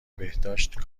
بهداشت